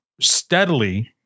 steadily